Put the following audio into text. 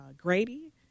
Grady